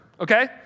okay